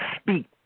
speak